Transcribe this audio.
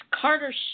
Carter